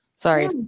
Sorry